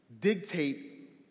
dictate